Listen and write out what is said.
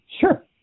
Sure